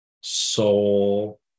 soul